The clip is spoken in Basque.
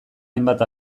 hainbat